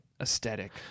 aesthetic